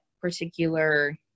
particular